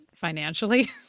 financially